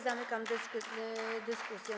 Zamykam dyskusję.